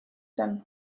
zen